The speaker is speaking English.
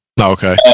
Okay